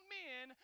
men